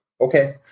Okay